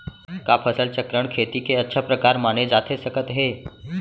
का फसल चक्रण, खेती के अच्छा प्रकार माने जाथे सकत हे?